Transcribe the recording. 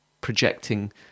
projecting